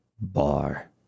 bar